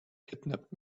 kidnap